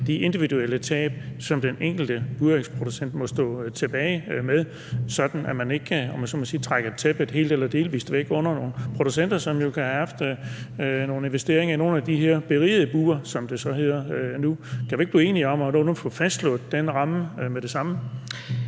de individuelle tab, som den enkelte burægsprocent må stå tilbage med, sådan at man ikke trækker tæppet helt eller delvis væk under nogle producenter, som jo kan have lavet nogle investeringer i nogle af de her berigede bure, som det så hedder nu. Kan vi ikke blive enige om nu at få fastslået den ramme med det samme?